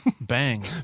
Bang